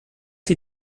die